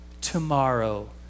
tomorrow